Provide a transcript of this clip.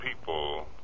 people